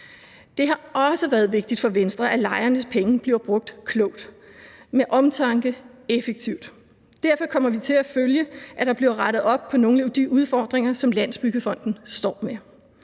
Det har også været vigtigt for Venstre, at lejernes penge bliver brugt klogt, med omtanke og effektivt. Derfor kommer vi til at følge, at der bliver rettet op på nogle af de udfordringer, som Landsbyggefonden står med.